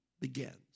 begins